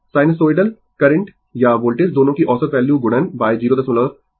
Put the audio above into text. sinusoidal current या voltage दोनों की औसत वैल्यू गुणन 0637